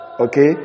okay